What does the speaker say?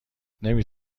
نمی